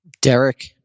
Derek